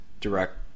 direct